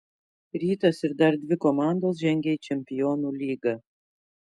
rytas ir dar dvi komandos žengia į čempionų lygą